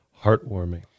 heartwarming